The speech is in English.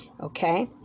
Okay